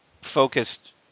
focused